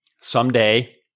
Someday